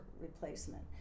replacement